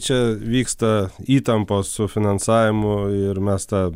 čia vyksta įtampos su finansavimu ir mes tą